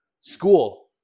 school